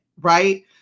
right